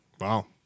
Wow